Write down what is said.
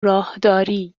راهداری